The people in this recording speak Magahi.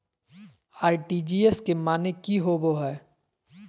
आर.टी.जी.एस के माने की होबो है?